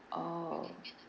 oh